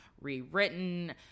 rewritten